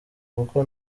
kuko